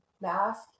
mask